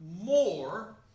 more